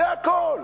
זה הכול.